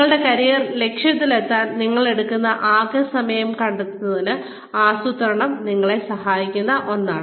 നിങ്ങളുടെ കരിയർ ലക്ഷ്യത്തിലെത്താൻ നിങ്ങൾ എടുക്കുന്ന ആകെ സമയം കണ്ടെത്തുന്നത് ആസൂത്രണം നിങ്ങളെ സഹായിക്കുന്ന ഒന്നാണ്